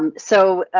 um so,